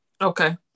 Okay